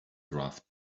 draft